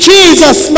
Jesus